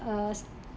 uh